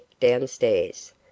downstairs